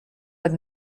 but